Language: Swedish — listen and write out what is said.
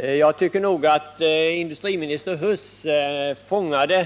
Herr talman! Industriminister Huss fångade